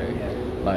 ya